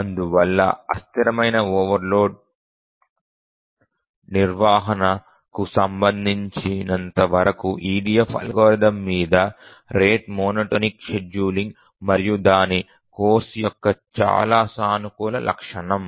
అందువల్ల అస్థిరమైన ఓవర్లోడ్ నిర్వహణకు సంబంధించినంత వరకు EDF అల్గోరిథం మీద రేటు మోనోటానిక్ షెడ్యూలింగ్ మరియు దాని కోర్సు యొక్క చాలా సానుకూల లక్షణం